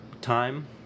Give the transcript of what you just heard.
time